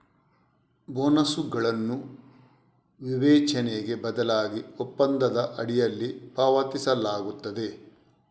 ಬೋನಸುಗಳನ್ನು ವಿವೇಚನೆಗೆ ಬದಲಾಗಿ ಒಪ್ಪಂದದ ಅಡಿಯಲ್ಲಿ ಪಾವತಿಸಲಾಗುತ್ತದೆ